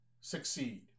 succeed